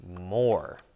more